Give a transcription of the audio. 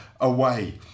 away